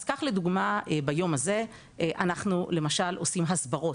אז כך לדוגמה ביום הזה אנחנו למשל עושים הסברות.